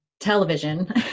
Television